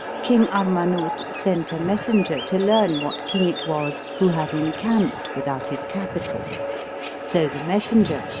king armanus sent a messenger, to learn what king it was who had encamped without his capital so the messenger,